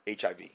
HIV